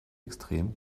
extrem